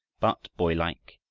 but, boylike,